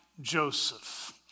Joseph